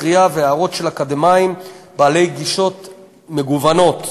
קריאה והערות של אקדמאים בעלי גישות מגוונות,